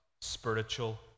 spiritual